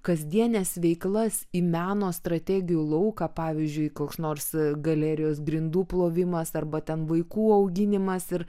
kasdienes veiklas į meno strategijų lauką pavyzdžiui koks nors galerijos grindų plovimas arba ten vaikų auginimas ir